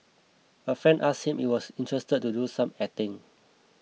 a friend asked him if he was interested to do some acting